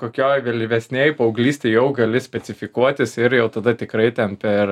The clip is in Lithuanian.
kokioj vėlyvesnėj paauglystėj jau gali specifikuotis ir jau tada tikrai ten per